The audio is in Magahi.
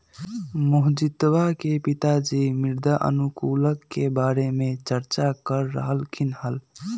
मोहजीतवा के पिताजी मृदा अनुकूलक के बारे में चर्चा कर रहल खिन हल